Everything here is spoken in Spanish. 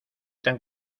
tan